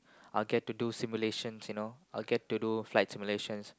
I'll get to do simulations you know I'll get to do flight simulations